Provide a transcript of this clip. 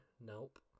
nope